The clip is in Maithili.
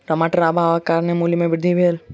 टमाटर अभावक कारणेँ मूल्य में वृद्धि भेल